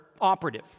operative